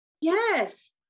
Yes